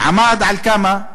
עמד על כמה?